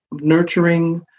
Nurturing